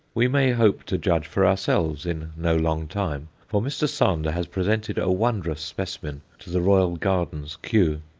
we may hope to judge for ourselves in no long time, for mr. sander has presented a wondrous specimen to the royal gardens, kew.